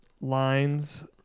lines